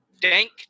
Dank